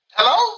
Hello